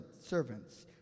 servants